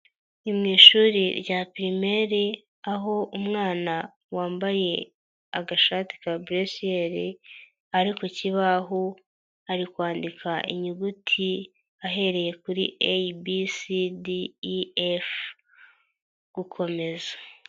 Ni mu ishuri rya pirimere aho umwana wambaye agashati ka buresiyeri ari ku kibaho, ari kwandika inyuguti ahereye kuri a b c d e f, gukomeza.